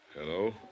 Hello